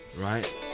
Right